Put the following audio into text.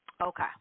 Okay